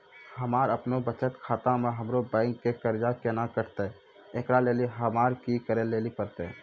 हमरा आपनौ बचत खाता से हमरौ बैंक के कर्जा केना कटतै ऐकरा लेली हमरा कि करै लेली परतै?